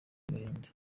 agahinda